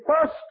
first